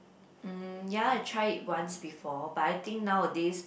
mm ya I try it once before but I think nowadays